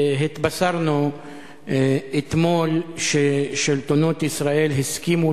התבשרנו אתמול ששלטונות ישראל הסכימו